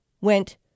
went